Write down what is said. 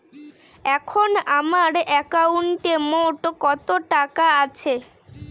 এখন আমার একাউন্টে মোট কত টাকা আছে?